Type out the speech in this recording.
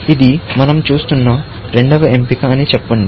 ఇది మనం చూస్తున్న రెండవ ఎంపిక అని చెప్పండి